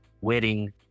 wedding